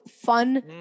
fun